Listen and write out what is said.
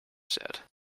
said